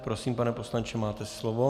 Prosím, pane poslanče, máte slovo.